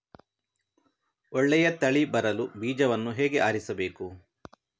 ಒಳ್ಳೆಯ ತಳಿ ಬರಲು ಬೀಜವನ್ನು ಹೇಗೆ ಆರಿಸಬೇಕು?